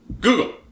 Google